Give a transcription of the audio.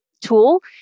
tool